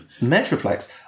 Metroplex